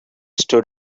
stood